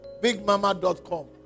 bigmama.com